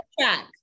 track